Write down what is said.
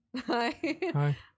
hi